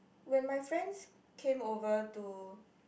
when my friends came over to